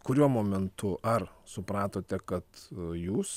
kuriuo momentu ar supratote kad jūs